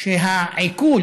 שהעיקול